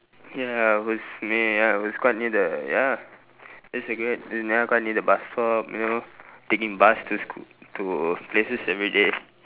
ya I was may~ ya I was quite near the ya that's a good ya quite near the bus stop you know taking bus to sch~ to places every day